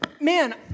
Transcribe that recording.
man